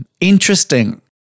Interesting